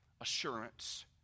assurance